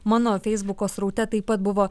mano feisbuko sraute taip pat buvo